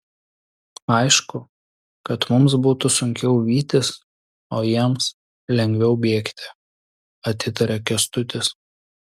aišku kad mums būtų sunkiau vytis o jiems lengviau bėgti atitaria kęstutis